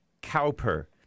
Cowper